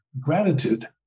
gratitude